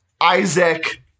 Isaac